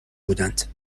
بودند